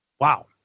Wow